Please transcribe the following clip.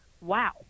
wow